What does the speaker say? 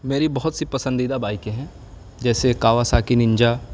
میری بہت سی پسندیدہ بائکیں ہیں جیسے کاواساکی ننجا